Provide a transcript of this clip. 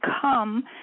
come